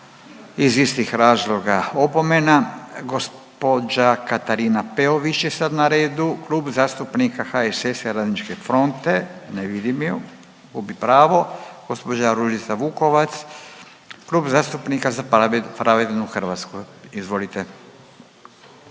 Iz istih razloga opomena. Gospođa Katarina Peović je sad na redu, Klub zastupnika HSS-a, Radničke fronte, ne vidim ju. Gubi pravo. Gospođa Ružica Vukovac, Klub zastupnika Za pravednu Hrvatsku. Izvolite.